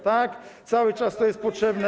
Tak, cały czas to jest potrzebne.